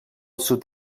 sud